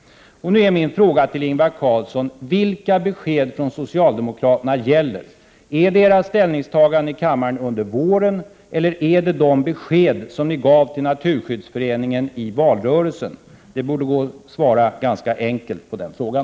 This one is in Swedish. Min fråga till Ingvar Carlsson är: Vilka besked från socialdemokraterna gäller? Är det era ställningstaganden i kammaren under våren eller är det de besked som ni gav till Naturskyddsföreningen under valrörelsen? Det borde gå att svara ganska enkelt på den frågan.